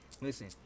Listen